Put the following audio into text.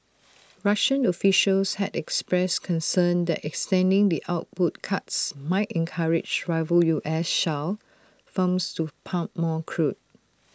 Russian officials had expressed concern that extending the output cuts might encourage rival U S shale firms to pump more crude